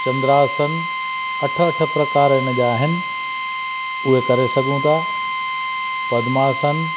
चंद्रासन अठ अठ प्रकार इन जा आहिनि उहे करे सघूं था पद्मासन